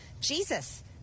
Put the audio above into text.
Jesus